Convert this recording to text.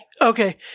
Okay